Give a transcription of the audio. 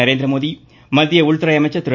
நரந்திரமோதி மத்திய உள்துறை அமைச்சர் திரு